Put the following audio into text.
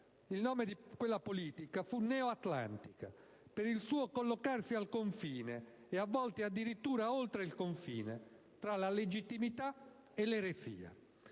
Il nome di quella politica fu "neo-atlantica" per il suo collocarsi al confine, e a volte addirittura oltre il confine, tra la legittimità e l'eresia.